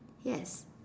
yes